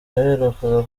yaherukaga